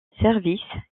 services